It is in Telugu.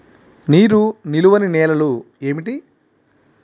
నీరు నిలువని నేలలు ఏమిటి?